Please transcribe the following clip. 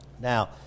Now